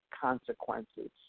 consequences